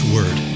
Word